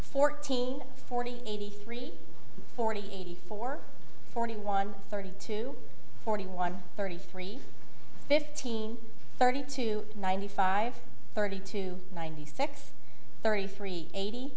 fourteen forty three forty four forty one thirty to forty one thirty three fifteen thirty two ninety five thirty two ninety six thirty three eighty